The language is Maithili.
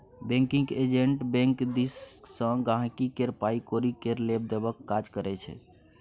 बैंकिंग एजेंट बैंक दिस सँ गांहिकी केर पाइ कौरी केर लेब देबक काज करै छै